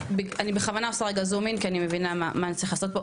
אני בכוונה עושה רגע זום אין כי אני מבינה מה אני צריכה לעשות פה,